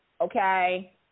okay